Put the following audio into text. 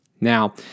Now